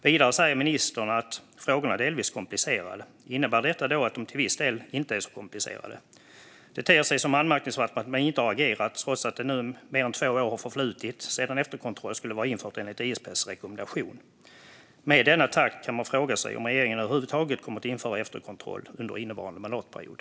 Vidare säger ministern att frågorna delvis är komplicerade. Innebär detta då att de till viss del inte är så komplicerade? Det ter sig anmärkningsvärt att man inte har agerat, trots att nu mer än två år har förflutit sedan efterkontroll skulle vara infört enligt ISP:s rekommendation. Med denna takt kan man fråga sig om regeringen över huvud taget kommer att införa efterkontroll under innevarande mandatperiod.